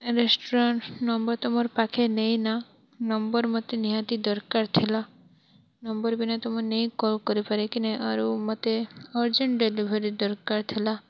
restaurant number ତ ମୋର୍ ପାଖେ ନେଇନ ନମ୍ବର୍ ମୋତେ ନିହାତି ଦରକାର ଥିଲା ନମ୍ବର୍ ବି ନେଇ ତ ମୁଁ ନେଇ କଲ୍ କରିପାରେ କି ନି ଆରୁ ମୋତେ ଅର୍ଜେଣ୍ଟ୍ ଡେଲିଭରୀ ଦରକାର ଥିଲା